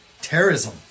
terrorism